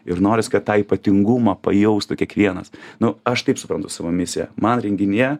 ir noris kad tą ypatingumą pajaustų kiekvienas nu aš taip suprantu savo misiją man renginyje